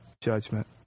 judgment